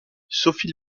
sophie